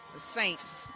saints.